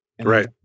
Right